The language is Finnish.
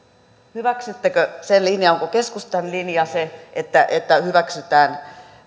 hyväksyttekö sen linjan onko keskustan linja se että että hyväksytään